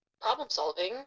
problem-solving